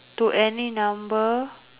to any number